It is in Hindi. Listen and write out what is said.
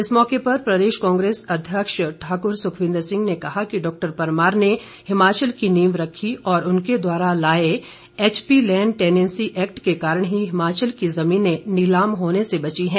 इस मौके पर प्रदेश कांग्रेस अध्यक्ष ठाकुर सुखविन्द्र सिंह ने कहा कि डाक्टर परमार ने हिमाचल की नींव रखी और उनके द्वारा लाए एचपी लैंड टैंनेसि एक्ट के कारण ही हिमाचल की जमीनें नीलाम होने से बची है